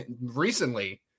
recently